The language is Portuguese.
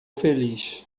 feliz